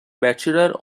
bachelor